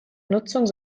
nutzung